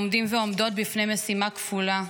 אנו עומדים ועומדות בפני משימה כפולה: